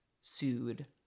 sued